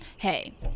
Hey